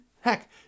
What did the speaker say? heck